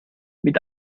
mit